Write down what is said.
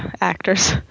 actors